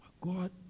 God